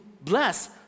bless